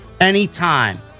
anytime